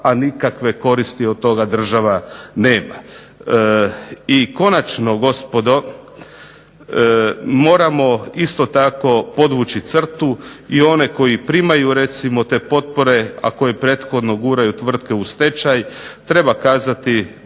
a nikakve koristi od toga država nema. I konačno gospodo, moramo isto tako podvući crtu i one koji primaju recimo te potpore a koji prethodno guraju tvrtke u stečaj treba kazati